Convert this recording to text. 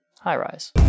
high-rise